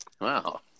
Wow